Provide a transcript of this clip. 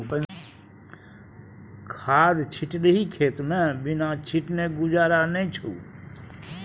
खाद छिटलही खेतमे बिना छीटने गुजारा नै छौ